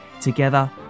Together